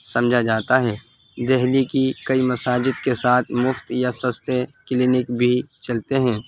سمجھا جاتا ہے دہلی کی کئی مساجد کے ساتھ مفت یا سستے کلینک بھی چلتے ہیں